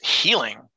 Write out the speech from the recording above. healing